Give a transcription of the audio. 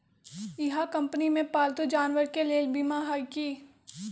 इहा कंपनी में पालतू जानवर के लेल बीमा हए कि?